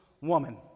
woman